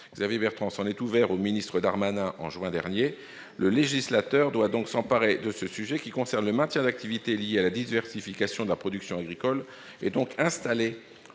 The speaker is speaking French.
Xavier Bertrand, s'en est ouvert au ministre Gérald Darmanin en juin dernier. Le législateur doit s'emparer de ce sujet qui concerne le maintien d'activités liées à la diversification de la production agricole, donc exercées